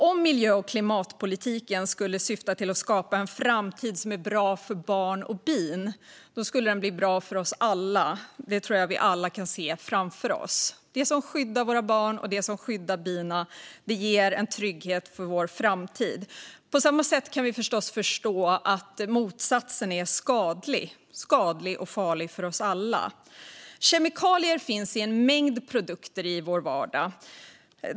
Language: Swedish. Om miljö och klimatpolitiken skulle syfta till att skapa en framtid som är bra för barn och bin skulle den bli bra för oss alla. Det tror jag att vi alla kan se framför oss. Det som skyddar våra barn och det som skyddar bina ger en trygghet för vår framtid. På samma sätt kan vi förstås förstå att motsatsen är skadlig och farlig för oss alla. Kemikalier finns i en mängd produkter i vår vardag.